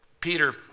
peter